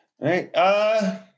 right